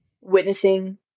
witnessing